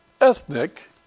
ethnic